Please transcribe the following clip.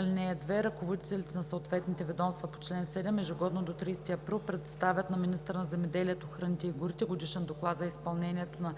МНПК. (2) Ръководителите на съответните ведомства по чл. 7 ежегодно до 30 април представят на министъра на земеделието, храните и горите годишен доклад за изпълнението на